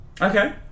Okay